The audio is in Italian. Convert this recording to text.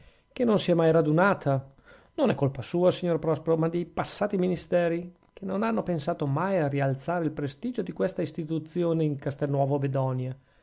che non si è mai radunata non è colpa sua signor prospero ma dei passati ministeri che non hanno pensato mai a rialzare il prestigio di questa istituzione in castelnuovo bedonia